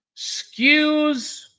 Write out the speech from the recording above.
skews